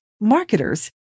marketers